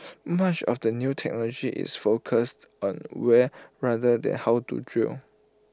much of the new technology is focused on where rather than how to drill